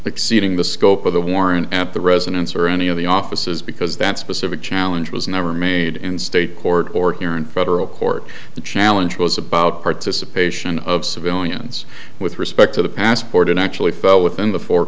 exceeding the scope of the warrant at the residence or any of the offices because that specific challenge was never made in state court or here in federal court the challenge was about participation of civilians with respect to the passport and actually fell within the four